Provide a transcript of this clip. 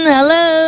Hello